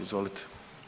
Izvolite.